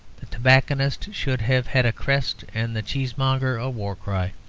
the tobacconist should have had a crest, and the cheesemonger a war-cry.